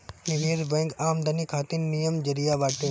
निवेश बैंक आमदनी खातिर निमन जरिया बाटे